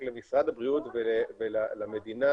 הגנטיים ברצף שלו יובילו לצורך בחידוש חיסוני